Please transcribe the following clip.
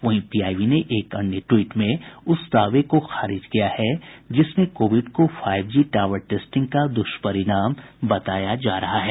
वहीं पीआईबी ने एक अन्य ट्वीट में उस दावों को भी खारिज किया है जिसमें कोविड को फाईव जी टावर टेस्टिंग का दुष्परिणाम बताया जा रहा है